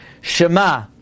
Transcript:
Shema